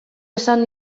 esan